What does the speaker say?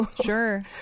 sure